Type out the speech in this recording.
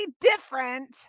different